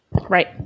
Right